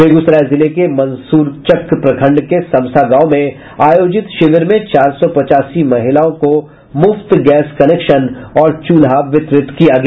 बेगूसराय जिले के मंसूरचक प्रखंड के समसा गांव में आयोजित शिविर में चार सौ पचास महिलाओं को मुफ्त गैस कनेक्शन और चूल्हा वितरित किया गया